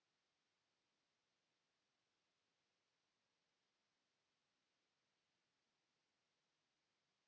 Kiitos,